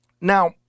Now